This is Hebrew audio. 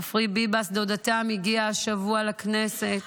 עופרי ביבס, דודתם, הגיעה השבוע לכנסת,